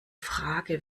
frage